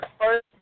first